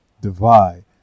divide